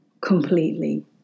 completely